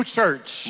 church